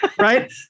right